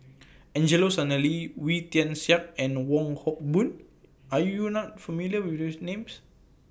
Angelo Sanelli Wee Tian Siak and Wong Hock Boon Are YOU not familiar with These Names